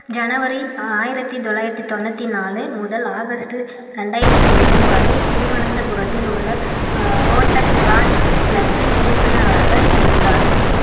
ஜனவரி ஆயிரத்தி தொள்ளாயிரத்தி தொண்ணூற்றி நாலு முதல் ஆகஸ்டு ரெண்டாயிரத்தி ஒன்று வரை திருவனந்தபுரத்தில் உள்ள ரோட்டக்ராக்ட் கிளப்பில் உறுப்பினராக இருந்தார்